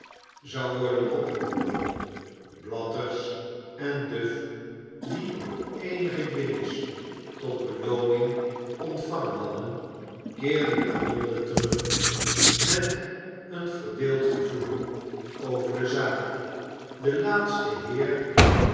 zou worden opgeroepen blathers en duff die eenige guinjes tot belooning ontvangen hadden keerden naar londen terug met een verdeeld gevoelen over de zaak de laatste heer